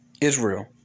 Israel